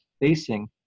facing